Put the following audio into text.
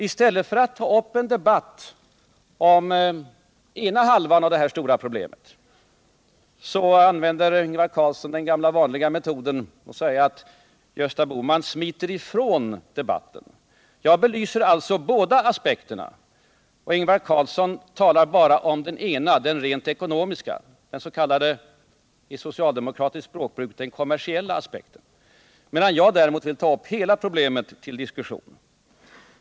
I stället för att ta upp en debatt om ena halvan av detta stora problem använder Ingvar Carlsson den gamla vanliga metoden att säga att Gösta Bohman ”smiter” ifrån debatten. Nej. Ingvar Carlsson! Jag belyser båda aspekterna. Ingvar Carlsson talar bara om den ena, den rent ekonomiska, eller den enligt socialdemokratiskt språkbruk kommersiella aspekten, medan jag däremot vill ta upp hela problemet till diskussion.